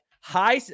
High